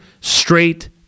straight